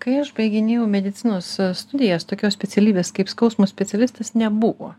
kai aš baiginėjau medicinos studijas tokios specialybės kaip skausmo specialistas nebuvo